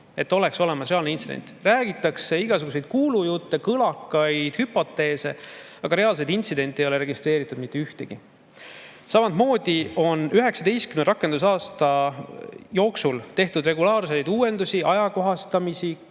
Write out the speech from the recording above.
ühestki reaalsest intsidendist. Räägitakse igasuguseid kuulujutte, kõlakaid, püstitatakse hüpoteese, aga reaalseid intsidente ei ole registreeritud mitte ühtegi. Samamoodi on 19 rakendusaasta jooksul tehtud regulaarseid uuendusi, ajakohastamisi,